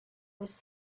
was